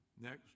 Next